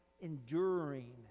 enduring